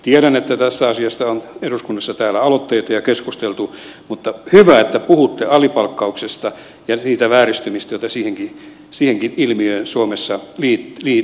tiedän että tästä asiasta on täällä eduskunnassa aloitteita ja keskusteltu mutta hyvä että puhutte alipalkkauksesta ja niistä vääristymistä joita siihenkin ilmiöön suomessa liittyy